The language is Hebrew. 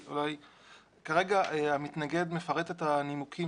כרגע המתנגד מפרט את הנימוקים.